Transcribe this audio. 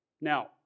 Now